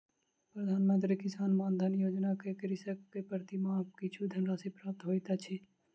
प्रधान मंत्री किसान मानधन योजना सॅ कृषक के प्रति माह किछु धनराशि प्राप्त होइत अछि